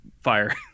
fire